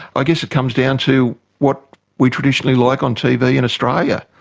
i guess it comes down to what we traditionally like on tv in australia,